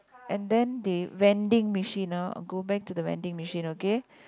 and then they vending machine ah go back to the vending machine okay